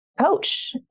coach